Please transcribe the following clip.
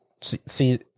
see